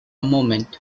moment